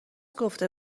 گفته